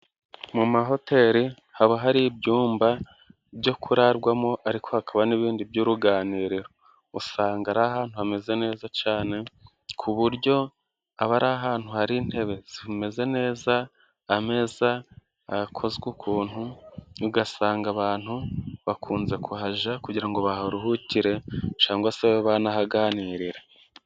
Mu mahoteli haba hari ibyumba byo kurarwamo ariko hakaba n'ibindi by'uruganiriro, usanga ari ahantu hameze neza cyane ku buryo aba ari ahantu hari intebe zimeze neza, ameza hakozwe ukuntu ugasanga abantu bakunze kuhajya kugira ngo baharuhukire cyangwa se babe banahaganirira.